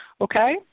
Okay